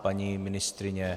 Paní ministryně?